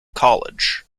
college